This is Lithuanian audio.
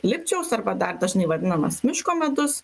lipčiaus arba dar dažnai vadinamas miško medus